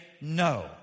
no